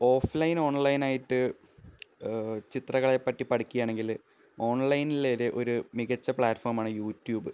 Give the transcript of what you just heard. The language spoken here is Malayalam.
ഓഫ് ലൈന് ഓണ് ലൈനായിട്ട് ചിത്രകലയെപറ്റി പഠിക്കണമെങ്കിൽ ഓണ്ലൈനിൽ ഒരു മികച്ച പ്ലാറ്റ്ഫോം ആണ് യൂട്യൂബ്